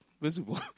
visible